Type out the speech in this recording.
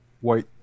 white